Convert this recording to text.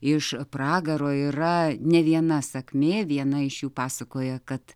iš pragaro yra ne viena sakmė viena iš jų pasakoja kad